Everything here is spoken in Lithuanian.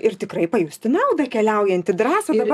ir tikrai pajusti naudą keliaujantį drąsą